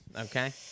okay